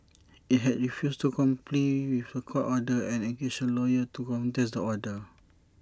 IT had refused to comply with The Court order and engaged A lawyer to contest the order